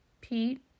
Pete